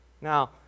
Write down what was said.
Now